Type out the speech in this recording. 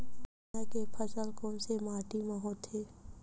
चना के फसल कोन से माटी मा होथे?